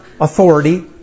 authority